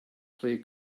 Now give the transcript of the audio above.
play